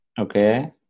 Okay